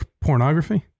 pornography